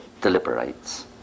deliberates